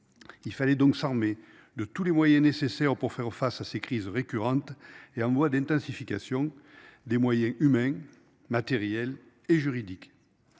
Il fallait donc s'armer de tous les moyens nécessaires pour faire face à ces crises récurrentes et en voie d'intensification des moyens humains, matériels et juridiques.